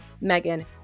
Megan